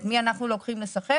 את מי אנחנו לוקחים לשחק?